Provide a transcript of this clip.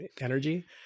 energy